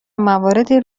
مواردی